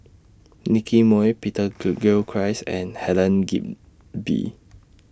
Nicky Moey Peter Gilchrist and Helen Gilbey